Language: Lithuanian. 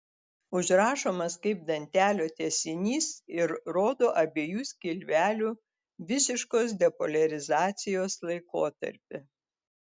užrašomas kaip dantelio tęsinys ir rodo abiejų skilvelių visiškos depoliarizacijos laikotarpį